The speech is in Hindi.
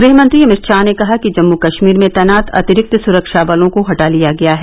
गृहमंत्री अमित शाह ने कहा कि जम्मू कश्मीर में तैनात अतिरिक्त सुरक्षाबलों को हटा लिया गया है